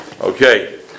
Okay